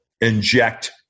inject